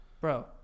Bro